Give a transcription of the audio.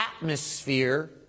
atmosphere